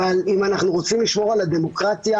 אם אנחנו רוצים לשמור על הדמוקרטיה